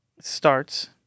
starts